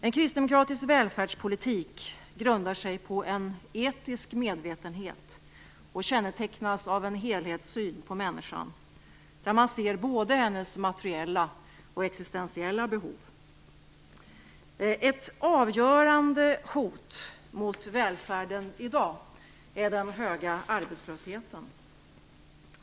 En kristdemokratisk välfärdspolitik grundar sig på en etisk medvetenhet och kännetecknas av en helhetssyn på människan där man ser både hennes materiella och existentiella behov. Ett avgörande hot mot välfärden i dag är den höga arbetslösheten.